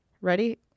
Ready